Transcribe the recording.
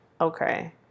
okay